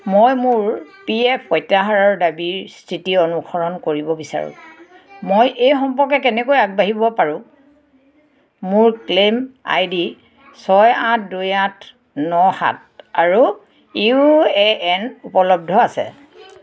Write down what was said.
মই মোৰ P F প্ৰত্যাহাৰৰ দাবীৰ স্থিতি অনুসৰণ কৰিব বিচাৰোঁ মই এই সম্পৰ্কে কেনেকৈ আগবাঢ়িব পাৰোঁ মোৰ ক্লেইম আই ডি ছয় আঠ দুই আঠ ন সাত আৰু ইউ এ এন উপলব্ধ আছে